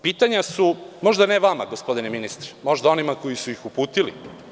Pitanja su možda ne vama, gospodine ministre, možda onima koji su ih uputili.